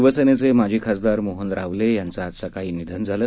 शिवसेनेचेमाजीखासदारमोहनरावलेयांचंआजसकाळीनिधनझालं